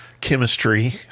chemistry